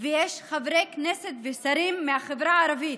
ויש חברי כנסת ושרים מהחברה הערבית,